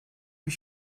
bir